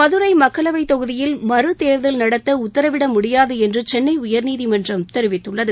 மதுரை மக்களவை தொகுதியில் மறுதேர்தல் நடத்த உத்தரவிட முடியாது என்று சென்னை உயர்நீதிமன்றம் தெரிவித்துள்ளது